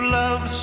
love